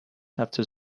after